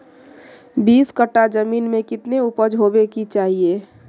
बीस कट्ठा जमीन में कितने उपज होबे के चाहिए?